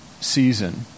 season